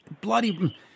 bloody